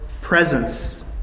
presence